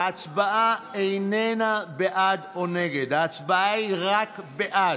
ההצבעה היא רק בעד.